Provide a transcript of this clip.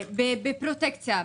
בפרוטקציה.